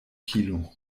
kilo